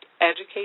educate